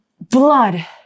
blood